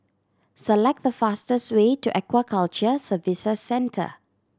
select the fastest way to Aquaculture Services Centre